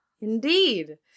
indeed